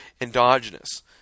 endogenous